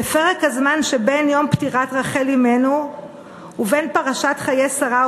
בפרק הזמן שבין יום פטירת רחל אמנו ובין פרשת חיי שרה,